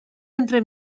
entre